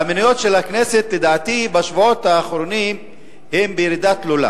והמניות של הכנסת לדעתי בשבועות האחרונים הן בירידה תלולה,